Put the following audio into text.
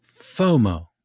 FOMO